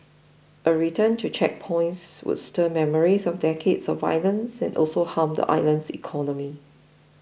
a return to checkpoints would stir memories of decades of violence and also harm the island's economy